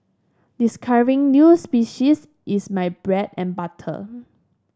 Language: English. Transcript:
discovering new species is my bread and butter